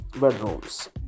bedrooms